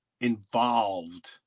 involved